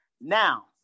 Now